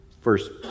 first